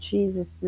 Jesus